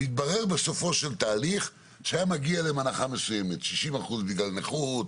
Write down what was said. מתברר בסופו של תהליך שהגיעה להם הנחה מסוימת: 60 אחוז בגלל נכות,